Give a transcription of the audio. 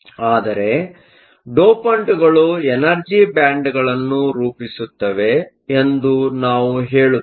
ಆದರೆ ಡೋಪಂಟ್ಗಳು ಎನರ್ಜಿ ಬ್ಯಾಂಡ್ಗಳನ್ನು ರೂಪಿಸುತ್ತವೆ ಎಂದು ನಾವು ಹೇಳುತ್ತೇವೆ